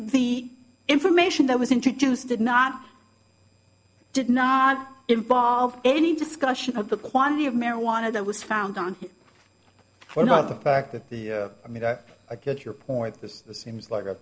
the information that was introduced did not did not involve any discussion of the quantity of marijuana that was found on one of the fact that the i mean i i get your point this seems like a